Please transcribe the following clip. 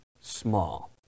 small